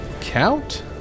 count